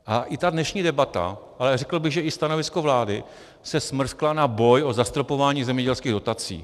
A i ta dnešní debata, ale řekl bych, že i stanovisko vlády, se smrskla na boj o zastropování zemědělských dotací.